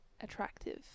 attractive